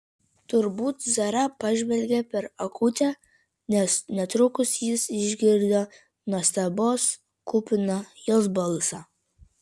turbūt zara pažvelgė per akutę nes netrukus jis išgirdo nuostabos kupiną jos balsą